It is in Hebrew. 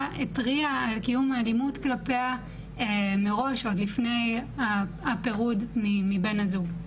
התריעה על קיום האלימות כלפיה מראש עוד לפני הפירוד מבן הזוג.